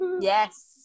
Yes